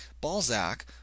balzac